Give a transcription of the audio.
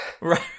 Right